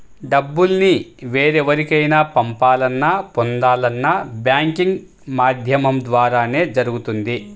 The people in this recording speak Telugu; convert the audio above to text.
డబ్బుల్ని వేరెవరికైనా పంపాలన్నా, పొందాలన్నా బ్యాంకింగ్ మాధ్యమం ద్వారానే జరుగుతుంది